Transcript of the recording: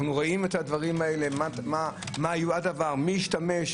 אנחנו רואים מי השתמש,